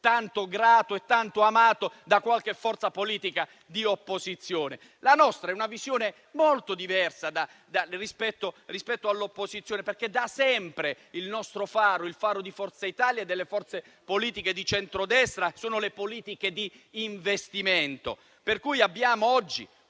tanto grato e tanto amato da qualche forza politica di opposizione. La nostra è una visione molto diversa rispetto a quella dell'opposizione, perché da sempre il nostro faro, il faro di Forza Italia e delle forze politiche di centrodestra, sono le politiche di investimento, per cui abbiamo oggi